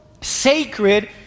sacred